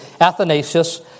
Athanasius